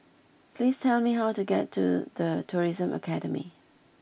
please tell me how to get to The Tourism Academy